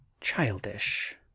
childish